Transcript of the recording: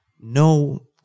no